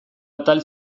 atal